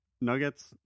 nuggets